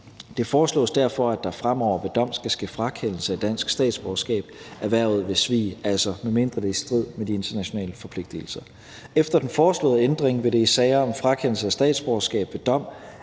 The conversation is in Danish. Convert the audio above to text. Det foreslås derfor, at der fremover ved dom skal ske frakendelse af dansk statsborgerskab erhvervet ved svig, altså medmindre det er i strid med de internationale forpligtelser. Efter den foreslåede ændring vil det i sager om frakendelse af statsborgerskab ved dom